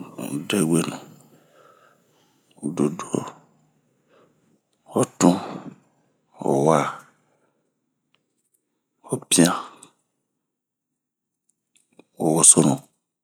bebwenu, doduo ,hotun ,howa ,hopian ,howosonu